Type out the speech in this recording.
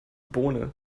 bohne